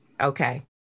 okay